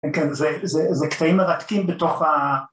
‫זה קטעים מרתקים בתוך ה...